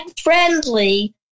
friendly